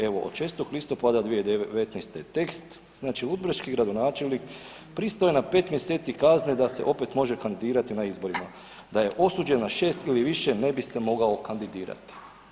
Evo od 6. listopada 2019. tekst, znači ludbreški gradonačelnik pristao je na 5 mj. kazne da se opet može kandidirati na izborima, da je osuđen na 6. i više, ne bi se mogao kandidirati.